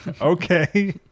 Okay